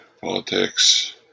Politics